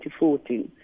2014